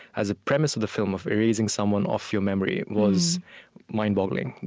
as a premise of the film of erasing someone off your memory was mind-boggling.